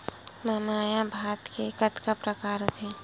महमाया भात के कतका प्रकार होथे?